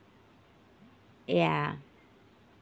ya